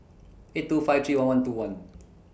eight two five three one one two one